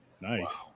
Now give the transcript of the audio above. Nice